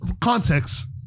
Context